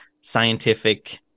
scientific